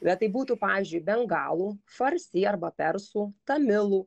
bet tai būtų pavyzdžiui bengalų farsi arba persų tamilų